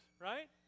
right